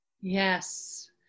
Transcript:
Yes